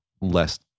less